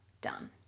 done